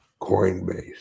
Coinbase